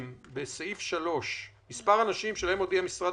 בסעיף 3: "מספר האנשים שלהם הודיע משרד